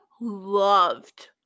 loved